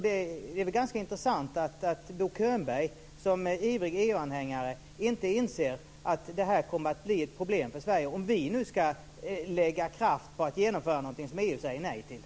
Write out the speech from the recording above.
Det är ganska intressant att Bo Könberg som ivrig EU-anhängare inte inser att det här kommer att bli ett problem för Sverige, om vi nu ska lägga kraft på att genomföra någonting som EU säger nej till.